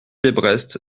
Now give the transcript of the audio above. desbrest